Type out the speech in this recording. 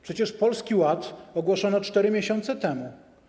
Przecież Polski Ład ogłoszono 4 miesiące temu.